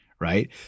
Right